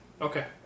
Okay